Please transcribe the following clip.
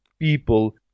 people